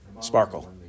sparkle